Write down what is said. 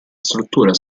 struttura